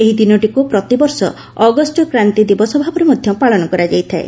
ଏହି ଦିନଟିକୁ ପ୍ରତିବର୍ଷ ଅଗଷ୍ଟ କ୍ରାନ୍ତି ଦିବସ ଭାବେ ମଧ୍ୟ ପାଳନ କରାଯାଇଥାଏ